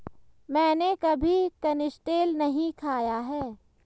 मैंने कभी कनिस्टेल नहीं खाया है